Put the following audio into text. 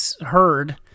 heard